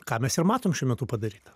ką mes ir matom šiuo metu padaryta